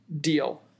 Deal